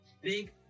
Big